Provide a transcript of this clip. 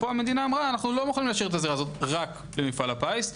פה המדינה אמרה: לא מוכנים להשאיר את זה רק למפעל הפיס,